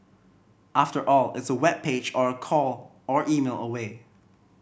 after all it's a web page or a call or email away